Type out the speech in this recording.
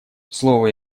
слово